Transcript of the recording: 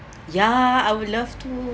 yeah I would love to